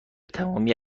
تمامی